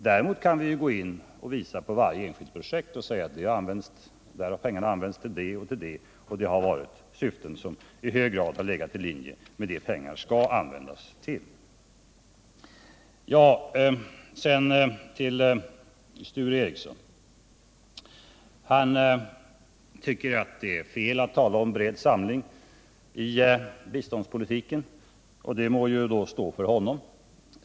Däremot kan vi beträffande varje enskilt projekt säga att pengarna där har använts för det eller det ändamålet och att det syftet i hög grad ligger i linje med det pengarna skall användas till. Sedan till Sture Ericson. Han tycker att det är felaktigt att tala om en bred samling i biståndspolitiken. Det omdömet må stå för hans räkning.